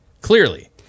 clearly